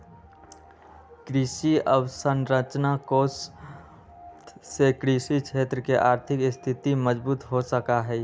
कृषि अवसरंचना कोष से कृषि क्षेत्र के आर्थिक स्थिति मजबूत हो सका हई